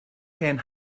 hen